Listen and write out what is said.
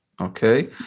Okay